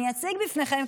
אני אציג בפניכם,